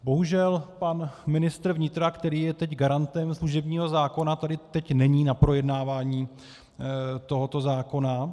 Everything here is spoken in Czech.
Bohužel pan ministr vnitra, který je teď garantem služebního zákona, tady teď není na projednávání tohoto zákona.